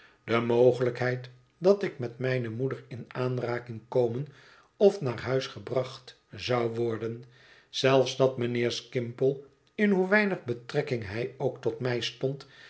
de mogelijkheid dat ik met mijne moeder in aanraking komen of naar haar huis gebracht zou worden zelfs dat mijnheer skimpole in hoe weinig betrekking hij ook tot mij stond